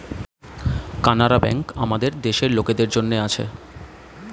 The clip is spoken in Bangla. কানাড়া ব্যাঙ্ক আমাদের দেশের লোকদের জন্যে আছে